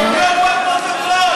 זה רשום בפרוטוקול.